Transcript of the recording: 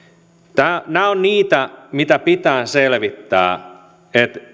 nämä ovat niitä mitä pitää selvittää